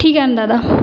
ठीक आहे ना दादा